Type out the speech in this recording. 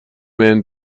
men